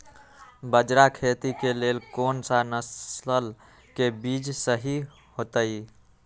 बाजरा खेती के लेल कोन सा नसल के बीज सही होतइ?